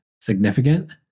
significant